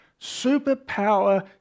superpower